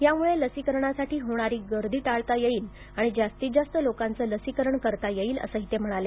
यामुळे लसीकरणासाठी होणारी गर्दी टाळता येईल आणि जास्तीत जास्त लोकांचं लसीकरण करता येईल असंही ते म्हणाले